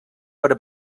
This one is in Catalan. per